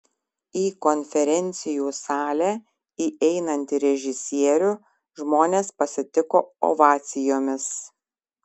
į konferencijų salę įeinantį režisierių žmonės pasitiko ovacijomis